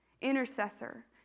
intercessor